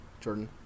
Jordan